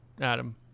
Adam